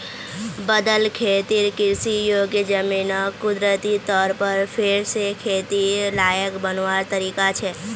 बदल खेतिर कृषि योग्य ज़मीनोक कुदरती तौर पर फेर से खेतिर लायक बनवार तरीका छे